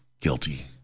guilty